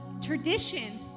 tradition